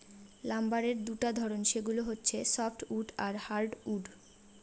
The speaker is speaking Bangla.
লাম্বারের দুটা ধরন, সেগুলো হচ্ছে সফ্টউড আর হার্ডউড